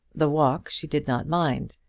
the walk she did not mind.